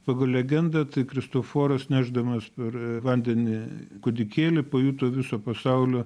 pagal legendą tai kristoforas nešdamas per vandenį kūdikėlį pajuto viso pasaulio